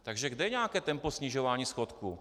Takže kde je nějaké tempo snižování schodku?